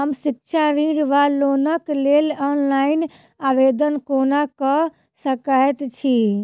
हम शिक्षा ऋण वा लोनक लेल ऑनलाइन आवेदन कोना कऽ सकैत छी?